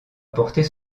porter